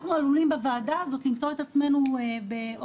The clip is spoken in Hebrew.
אנחנו עלולים בוועדה הזאת למצוא את עצמנו אחרי